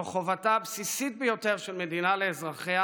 זו חובתה הבסיסית ביותר של מדינה לאזרחיה